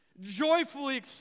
Joyfully